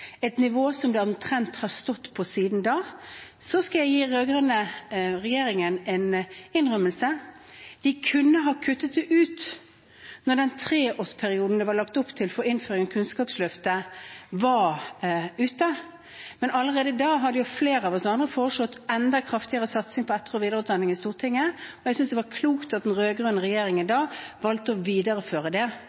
et nivå som det omtrent har stått på siden da. Så skal jeg gjøre en innrømmelse overfor den rød-grønne regjeringen: De kunne ha kuttet det ut da den treårsperioden som det var lagt opp til for innføring av Kunnskapsløftet, var ute. Men allerede da hadde jo flere av oss andre foreslått enda kraftigere satsing på etter- og videreutdanning i Stortinget, og jeg synes det var klokt at den rød-grønne regjeringen da valgte å videreføre det.